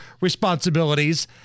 responsibilities